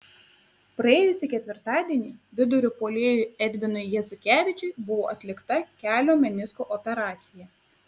praėjusį ketvirtadienį vidurio puolėjui edvinui jezukevičiui buvo atlikta kelio menisko operacija